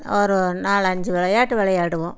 ஒரு நாலஞ்சு விளையாட்டு விளையாடுவோம்